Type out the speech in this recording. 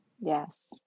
Yes